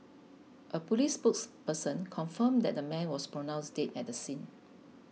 a police spokesperson confirmed that the man was pronounced dead at the scene